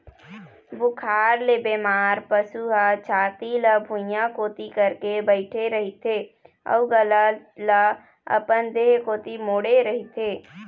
बुखार ले बेमार पशु ह छाती ल भुइंया कोती करके बइठे रहिथे अउ गला ल अपन देह कोती मोड़े रहिथे